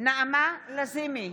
נעמה לזימי,